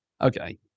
Okay